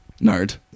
nerd